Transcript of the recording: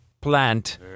plant